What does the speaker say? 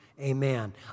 Amen